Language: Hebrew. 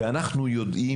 ואנחנו יודעים,